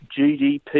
GDP